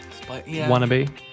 Wannabe